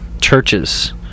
churches